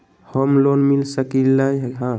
Home loan मिल सकलइ ह?